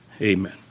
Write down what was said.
amen